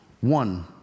One